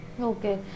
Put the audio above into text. Okay